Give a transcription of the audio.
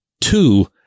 Two